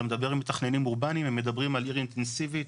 אתה מדבר עם מתכננים אורבניים הם מדברים על עיר אינטנסיבית,